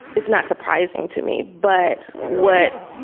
it's not surprising to me. but what